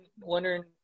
wondering